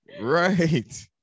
right